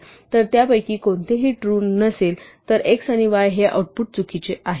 जर त्यापैकी कोणतेही ट्रू नसेल तर x आणि y हे आउटपुट चुकीचे आहे